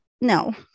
no